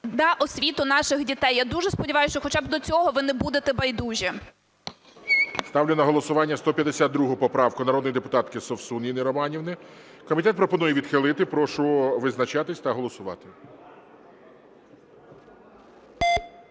на освіту наших дітей. Я дуже сподіваюсь, що хоча б до цього ви не будете байдужі. ГОЛОВУЮЧИЙ. Ставлю на голосування 152 поправку народної депутатки Совсун Інни Романівни. Комітет пропонує відхилити. Прошу визначатись та голосувати.